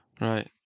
right